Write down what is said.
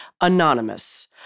Anonymous